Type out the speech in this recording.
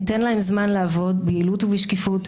ניתן להם זמן לעבוד ביעילות ובשקיפות,